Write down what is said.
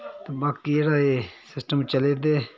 ते बाकी जेह्ड़ा एह् सिस्टम चले दे